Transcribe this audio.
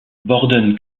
borden